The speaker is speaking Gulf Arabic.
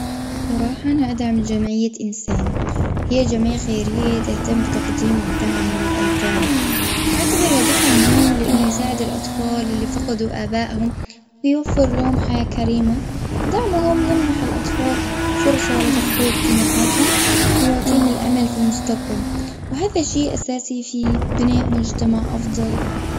بصراحة أنا أدعم جمعية انسان. هي جمعية خيرية تهتم بتقديم الدعم للأيتام. أعتبر هدف مهم لأنه يساعد الأطفال اللي فقدوا أبائهم. ويوفر لهم حياة كريمة. دعمهم يمنح الأطفال فرصة لتحقيق طموحاتهم. ويعطيهم الأمل في المستقبل وهذا شيء أساسي في بناء مجتمع أفضل.